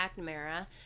McNamara